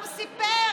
והוא סיפר,